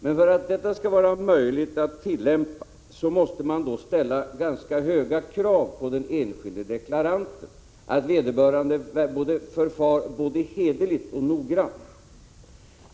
Men för att detta skall vara möjligt måste vi ställa ganska höga krav på den enskilde deklaranten, på att vederbörande både förfar hederligt och noggrant.